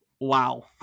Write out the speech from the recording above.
wow